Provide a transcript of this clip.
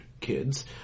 kids